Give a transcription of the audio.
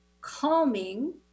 calming